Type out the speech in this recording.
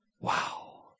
Wow